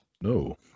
No